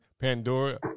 Pandora